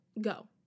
go